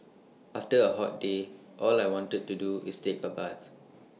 after A hot day all I want to do is take A bath